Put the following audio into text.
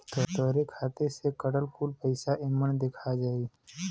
तोहरे खाते से कटल कुल पइसा एमन देखा जाई